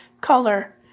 color